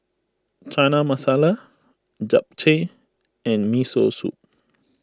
Chana Masala Japchae and Miso Soup